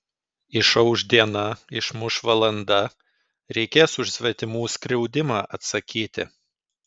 išauš diena išmuš valanda reikės už svetimų skriaudimą atsakyti